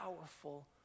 powerful